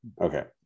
Okay